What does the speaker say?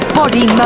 body